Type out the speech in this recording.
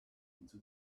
into